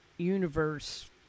universe